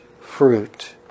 fruit